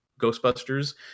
Ghostbusters